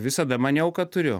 visada maniau kad turiu